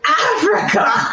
Africa